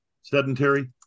Sedentary